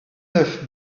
neuf